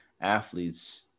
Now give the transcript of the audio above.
athletes